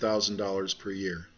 thousand dollars per year